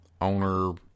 owner